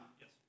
Yes